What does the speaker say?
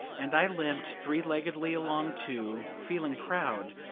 and i limped three-leggedly along, too, feeling proud,